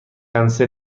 کنسل